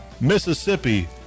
Mississippi